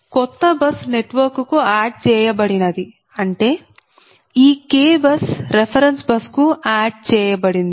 కొత్త bus network కు add చేయబడినది అంటే ఈ k బస్ రెఫెరెన్స్ బస్ కు ఆడ్ చేయబడింది